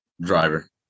Driver